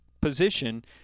position